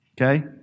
Okay